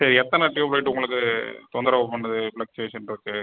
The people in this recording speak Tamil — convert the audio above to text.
சரி எத்தனை ட்யூப்லைட் உங்களுக்கு தொந்தரவு பண்ணுது ஃப்லெக்ஷுவேஷன் இருக்குது